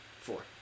four